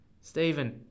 Stephen